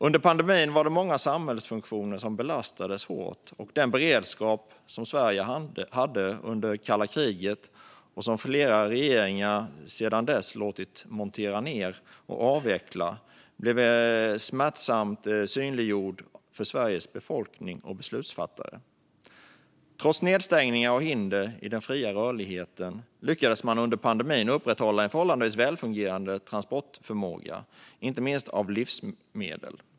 Under pandemin var det många samhällsfunktioner som belastades hårt. Den beredskap som Sverige hade under kalla kriget och som flera regeringar sedan dess har låtit montera ned och avveckla blev smärtsamt synliggjord för Sveriges befolkning och beslutsfattare. Trots nedstängningar och hinder i den fria rörligheten lyckades man under pandemin upprätthålla en förhållandevis välfungerande transportförmåga av inte minst av livsmedel.